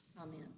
Amen